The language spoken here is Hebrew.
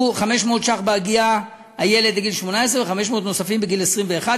500 ש"ח בהגיע הילד לגיל 18 ו-500 ש"ח נוספים בגיל 21,